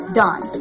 done